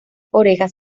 orejas